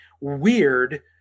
weird